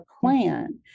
plan